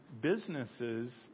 businesses